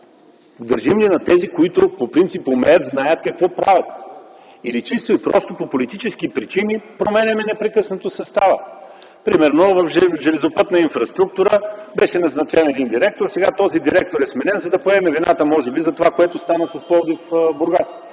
Държим ли на тези, които по принцип умеят, знаят какво правят или чисто и просто по политически причини непрекъснато променяме състава? Примерно в „Железопътна инфраструктура” беше назначен един директор – сега този директор е сменен, за да поеме вината може би за това, което стана с „Пловдив-Бургас”.